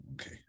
okay